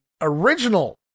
original